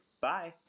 Bye